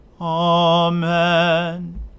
Amen